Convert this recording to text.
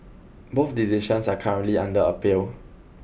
both decisions are currently under appeal